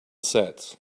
sets